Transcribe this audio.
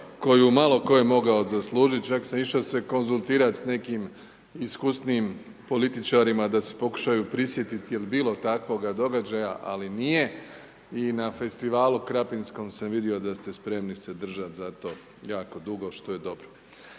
koju malo tko bi mogao zaslužiti. Čak sam išao se konzultirati s nekim iskusnijim političarima da se pokušaju prisjetiti je li bilo takvoga događaja ali nije. I na festivalu krapinskom sam vidio da ste spremni se držati za to jako dugo što je dobro.